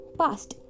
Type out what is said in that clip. past